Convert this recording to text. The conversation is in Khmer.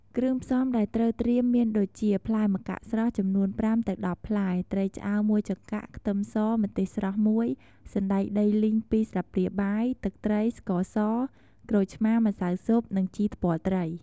គ្រឿងផ្សំដែលត្រូវត្រៀមមានដូចជាផ្លែម្កាក់ស្រស់ ចំនួន ៥ ទៅ ១០ ផ្លែ ត្រីឆ្អើរ ១ ចង្កាក់ ខ្ទឹមស ម្ទេសស្រស់ ១ សណ្ដែកដីលីង ២ ស្លាបព្រាបាយ ទឹកត្រី ស្ករស ក្រូចឆ្មារ ម្សៅស៊ុប និង ជីថ្ពាល់ត្រី។